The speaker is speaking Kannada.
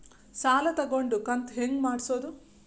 ಸಾಲ ತಗೊಂಡು ಕಂತ ಹೆಂಗ್ ಮಾಡ್ಸೋದು?